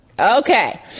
okay